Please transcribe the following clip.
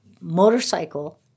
motorcycle